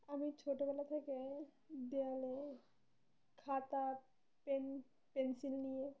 আমি ছোটোবেলা থেকে দেওয়ালে খাতা পেন পেনসিল নিয়ে